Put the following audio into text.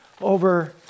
over